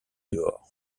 dehors